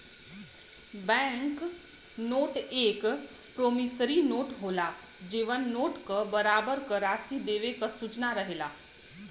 bank note एक promissory note होला जेमन नोट क बराबर क राशि देवे क सूचना रहेला